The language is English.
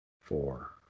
Four